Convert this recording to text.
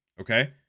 Okay